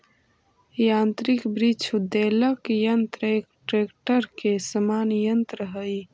यान्त्रिक वृक्ष उद्वेलक यन्त्र एक ट्रेक्टर के समान यन्त्र हई